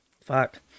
fuck